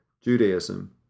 Judaism